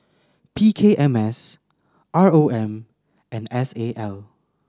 P K M S R O M and S A L